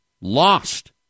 lost